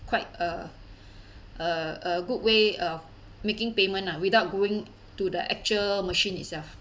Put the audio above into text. quite a a a good way of making payment ah without going to the actual machine itself